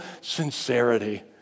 sincerity